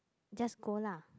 just go lah